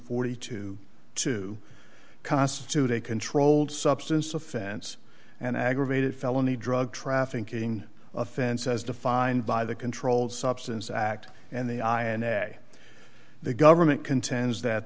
dollars to constitute a controlled substance offense and aggravated felony drug trafficking offense as defined by the controlled substance act and the i and a the government contends that